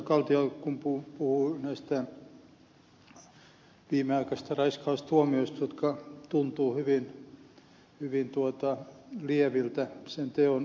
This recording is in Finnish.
kaltiokumpu puhui näistä viimeaikaisista raiskaustuomioista jotka tuntuvat hyvin lieviltä sen teon kuvaukseen verraten